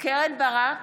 קרן ברק,